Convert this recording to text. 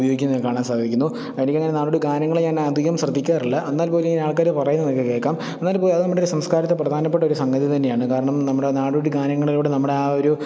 ഉപയോഗിക്കുന്നൊക്കെ കാണാൻ സാധിക്കുന്നു എനിക്കങ്ങനെ നാടോടി ഗാനങ്ങള് ഞാനധികം ശ്രദ്ധിക്കാറില്ല എന്നാൽ പോലും ഇങ്ങനെ ആൾക്കാർ പറയുന്നതൊക്കെ കേൾക്കാം എന്നാൽ ഇപ്പോൾ അത് നമ്മുടെ സംസ്കാരത്തെ പ്രധാനപ്പെട്ടൊരു സംഗതി തന്നെയാണ് കാരണം നമ്മുടെ നാടോടി ഗാനങ്ങളോട് നമ്മുടെ ആ ഒരു